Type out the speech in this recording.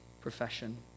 profession